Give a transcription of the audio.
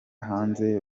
hanze